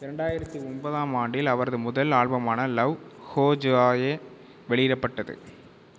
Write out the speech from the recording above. இரண்டாயிரத்து ஒன்பதாம் ஆண்டில் அவரது முதல் ஆல்பமான லவ் ஹோஜாஆயே வெளியிடப்பட்டது